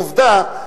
עובדה,